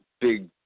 big